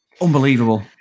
Unbelievable